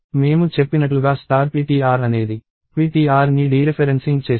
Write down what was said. మేము చెప్పినట్లుగా ptr అనేది ptrని డీరెఫెరెన్సింగ్ చేస్తుంది